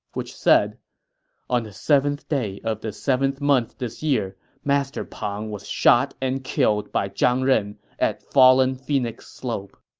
which read on the seventh day of the seventh month this year, master pang was shot and killed by zhang ren at fallen phoenix slope.